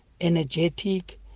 energetic